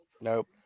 nope